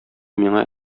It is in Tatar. миңа